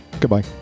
Goodbye